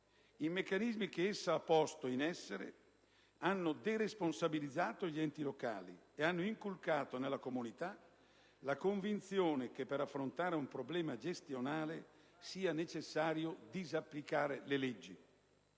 i meccanismi che esso ha posto in essere hanno deresponsabilizzato gli enti locali e hanno inculcato nella comunità la convinzione che per affrontare un problema gestionale sia necessario disapplicare le leggi,